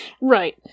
Right